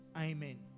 amen